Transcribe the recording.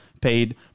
paid